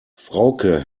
frauke